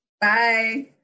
Bye